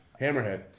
Hammerhead